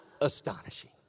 astonishing